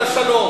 במיוחד השלום,